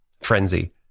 frenzy